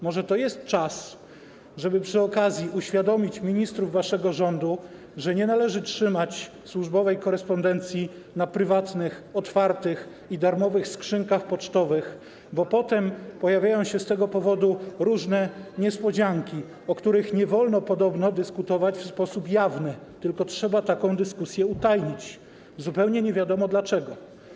Może to jest czas, żeby przy okazji uświadomić ministrów waszego rządu, że nie należy trzymać służbowej korespondencji w prywatnych, otwartych i darmowych skrzynkach pocztowych, bo potem pojawiają się z tego powodu różne niespodzianki, o których nie wolno podobno dyskutować w sposób jawny, tylko trzeba taką dyskusję utajnić, zupełnie nie wiadomo dlaczego.